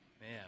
man